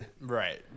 Right